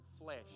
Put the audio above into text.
flesh